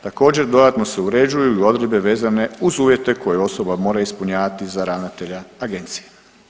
Također dodatno se uređuju i odredbe vezane uz uvjete koje osoba mora ispunjavati za ravnatelja agencije.